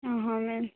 ଓହ ma'am